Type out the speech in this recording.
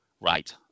right